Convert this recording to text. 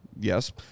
yes